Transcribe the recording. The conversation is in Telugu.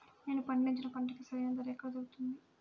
నేను పండించిన పంటకి సరైన ధర ఎక్కడ దొరుకుతుంది?